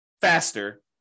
faster